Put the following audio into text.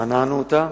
מנענו אותה,